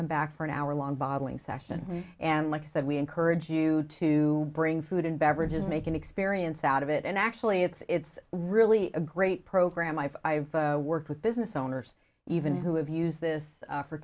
come back for an hour long bottling session and like i said we encourage you to bring food and beverages make an experience out of it and actually it's really a great program i've worked with business owners even who have used this